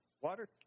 water